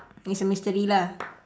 it's a mystery lah